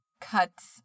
cuts